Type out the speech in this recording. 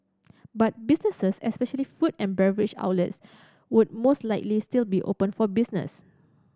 but businesses especially food and beverage outlets would most likely still be open for business